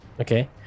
Okay